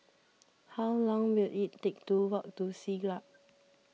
how long will it take to walk to Siglap